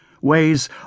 ways